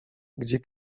gdzie